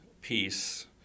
peace